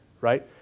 right